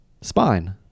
spine